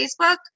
Facebook